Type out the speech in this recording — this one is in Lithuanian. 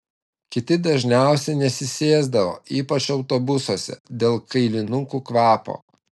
kiti dažniausiai nesisėsdavo ypač autobusuose dėl kailinukų kvapo